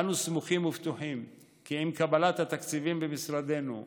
אנו סמוכים ובטוחים כי עם קבלת התקציבים במשרדנו,